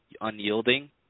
unyielding